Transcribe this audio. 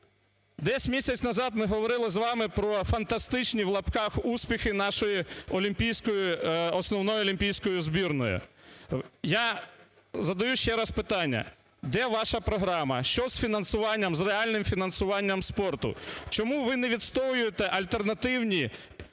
десь місяць назад ми говорили з вами про "фантастичні" (в лапках) успіхи нашої основної олімпійської збірної. Я задаю ще раз питання: де ваша програма? Що з фінансуванням, з реальним фінансуванням спорту? Чому ви не відстоюєте альтернативні